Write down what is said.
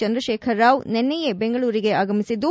ಚಂದ್ರಕೇಖರ್ರಾವ್ ನಿನ್ನೆಯೇ ದೆಂಗಳೂರಿಗೆ ಆಗಮಿಸಿದ್ದು